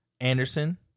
Anderson